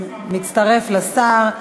אני מצטרף לשר.